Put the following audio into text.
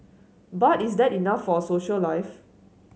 but is that enough for a social life